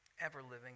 ever-living